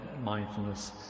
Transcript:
mindfulness